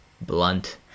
blunt